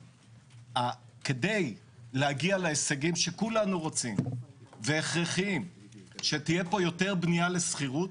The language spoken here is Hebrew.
כדי להגיע להישגים שכולם רוצים והכרחי שתהיה כאן יותר בנייה לשכירות,